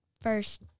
first